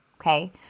okay